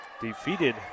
defeated